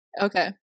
Okay